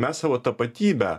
mes savo tapatybę